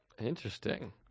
Interesting